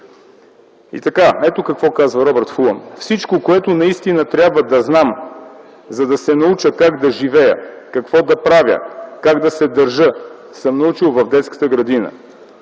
възраст. Ето какво казва Робърт Фулам: „Всичко, което наистина трябва да знам, за да се науча как да живея, какво да правя, как да се държа, съм научил в детската градина.